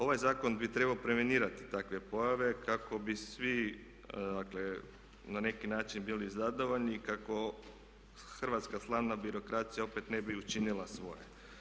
Ovaj zakon bi trebao prevenirati takve pojave kako bi svi, dakle na neki način bili zadovoljni i kako hrvatska slavna birokracija opet ne bi učinila svoje.